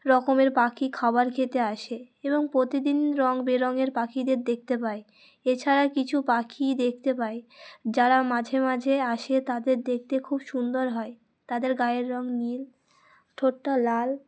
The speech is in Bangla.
রকমের পাখি খাবার খেতে আসে এবং প্রতিদিন রঙ বেরঙের পাখিদের দেখতে পায় এছাড়া কিছু পাখিই দেখতে পাই যারা মাঝে মাঝে আসে তাদের দেখতে খুব সুন্দর হয় তাদের গায়ের রঙ নীল ঠোঁটটা লাল